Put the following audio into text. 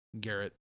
Garrett